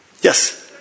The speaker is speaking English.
Yes